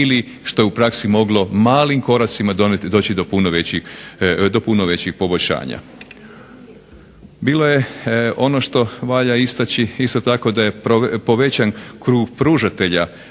ili što je u praksi moglo malim koracima doći do puno većih poboljšanja. Ono što valja istaći isto tako da je povećan krug pružatelja